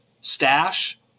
stash